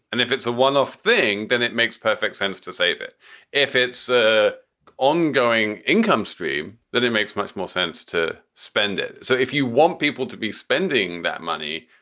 and if it's a one off thing, then it makes perfect sense to save it if it's ah ongoing income stream that it makes much more sense to spend it. so if you want people to be spending that money,